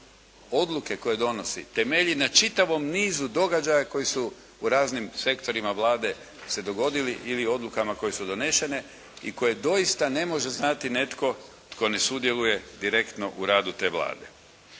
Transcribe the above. odluke koje donosi temelji na čitavom nizu događaja koji su u raznim sektorima Vlade se dogodili ili odlukama koje su donešene i koje doista ne može znati netko tko ne sudjeluje direktno u radu te Vlade.